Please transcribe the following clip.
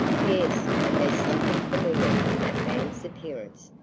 yes, and there's something familiar in that man's appearance,